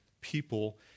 people